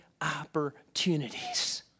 opportunities